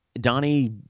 Donnie